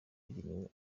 agenewe